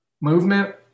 movement